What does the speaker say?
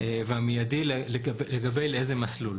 והמיידי לגבי לאיזה מסלול.